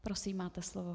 Prosím, máte slovo.